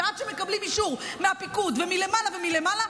ועד שמקבלים אישור מהפיקוד ומלמעלה ומלמעלה,